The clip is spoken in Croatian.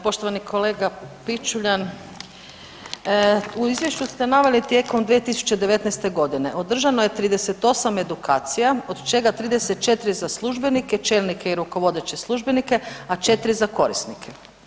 Poštovani kolega Pičuljan, u izvješću ste naveli tijekom 2019.g. održano je 38 edukacija od čega 34 za službenike, čelnike i rukovodeće službenike, a 4 za korisnike.